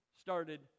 started